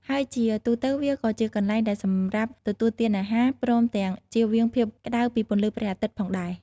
ហើយជាទូទៅវាក៏ជាកន្លែងដែលសម្រាប់ ទទួលទានអារហារ ព្រមទាំងជៀសវាងភាពក្តៅពីពន្លឺព្រះអាទិត្យផងដែរ ។